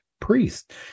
priest